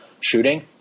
shooting